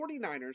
49ers